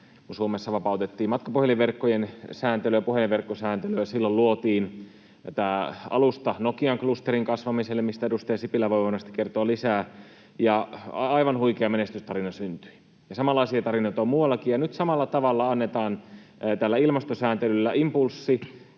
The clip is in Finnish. Suomessa vapautettiin matkapuhelinverkkojen sääntelyä, puhelinverkkosääntelyä, luotiin tämä alusta Nokian-klusterin kasvamiselle, mistä edustaja Sipilä voi varmasti kertoa lisää, ja aivan huikea menestystarina syntyi, ja samanlaisia tarinoita on muuallakin. Ja nyt samalla tavalla annetaan tällä ilmastosääntelyllä impulssi